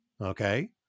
Okay